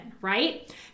right